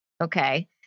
okay